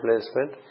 placement